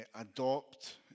adopt